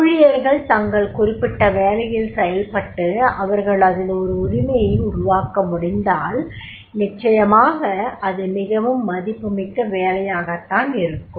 ஊழியர்கள் தங்கள் குறிப்பிட்ட வேலையில் செயல்பட்டு அவர்கள் அதில் ஒரு உரிமையை உருவாக்க முடிந்தால் நிச்சயமாக அது மிகவும் மதிப்புமிக்க வேலையாகத் தான் இருக்கும்